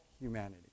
humanity